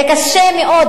הרי קשה מאוד,